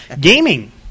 Gaming